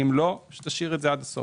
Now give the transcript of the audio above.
אם לא, שתשאיר את זה עד הסוף.